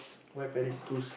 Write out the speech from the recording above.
why Paris